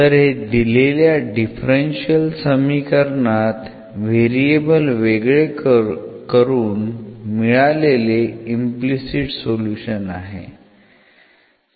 तर हे दिलेल्या डिफरन्शियल समीकरणात व्हेरिएबल वेगळे करून मिळालेले इम्प्लिसिट सोल्युशन आहे